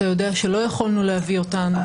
אתה יודע שלא יכולנו להביא אותן.